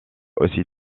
aussi